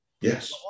Yes